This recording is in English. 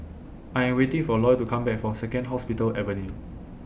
I Am waiting For Loy to Come Back from Second Hospital Avenue